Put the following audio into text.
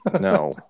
No